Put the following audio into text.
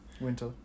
winter